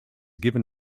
given